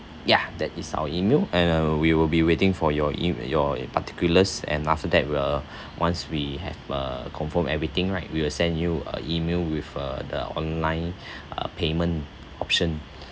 ya that is our email and uh we will be waiting for your in~ your particulars and after that we'll once we have uh confirm everything right we will send you a email with uh the online uh payment option